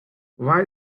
why